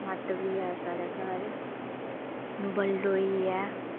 मट बी ऐ स्हाढ़े घर बलडोई ऐ